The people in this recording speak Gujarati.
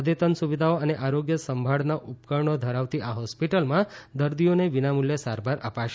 અદ્યતન સુવિધાઓ અને આરોગ્ય સંભાળના ઉપક્રણો ધરાવતી આ હોસ્પિટલમાં દર્દીઓને વિનામૂલ્યે સારવાર આપશે